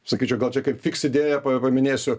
sakyčiau gal čia kaip fiks idėja paminėsiu